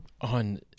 on